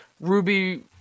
ruby